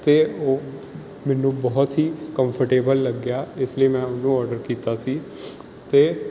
ਅਤੇ ਉਹ ਮੈਨੂੰ ਬਹੁਤ ਹੀ ਕੰਫਰਟੇਬਲ ਲੱਗਿਆ ਇਸ ਲਈ ਮੈਂ ਉਹਨੂੰ ਓਡਰ ਕੀਤਾ ਸੀ ਅਤੇ